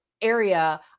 Area